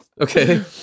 Okay